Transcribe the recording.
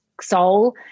soul